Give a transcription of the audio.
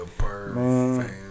man